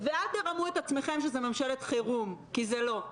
אל תרמו את עצמכם שזה ממשלת חירום כי זה לא.